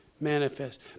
manifest